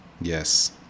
yes